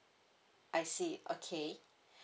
I see okay